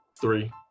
Three